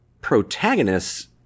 protagonists